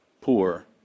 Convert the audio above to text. poor